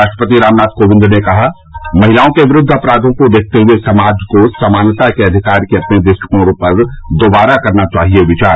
राष्ट्रपति रामनाथ कोविंद ने कहा महिलाओं के विरूद्व अपराधों को देखते हुए समाज को समानता के अधिकार के अपने दृष्टिकोण पर दोबारा करना चाहिए विचार